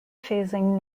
facing